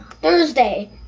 Thursday